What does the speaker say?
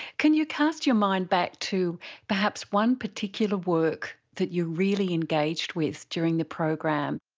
can you cast your mind back to perhaps one particular work that you really engaged with during the program?